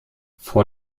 vor